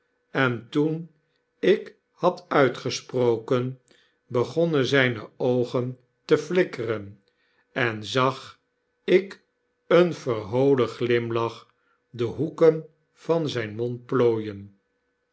en toen ik had uitgesproken begonnen zijne oogen te flikkeren en zag ik een verholen glimlach de hoeken van zijn mond plooien